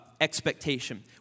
expectation